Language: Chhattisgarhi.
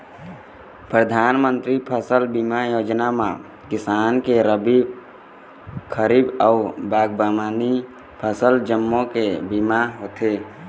परधानमंतरी फसल बीमा योजना म किसान के रबी, खरीफ अउ बागबामनी फसल जम्मो के बीमा होथे